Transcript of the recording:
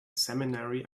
seminary